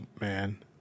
man